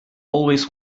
always